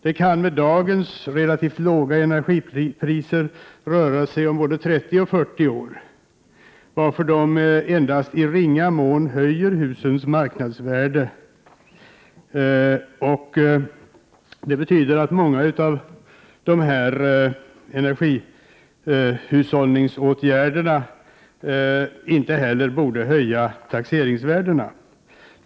Det kan med dagens relativt låga energipriser röra sig om både 30 och 40 år. Dessa åtgärder höjer alltså i ringa mån husens marknadsvärde. Många av dessa energihushållningsåtgärder borde därför inte heller höja taxeringsvärdet.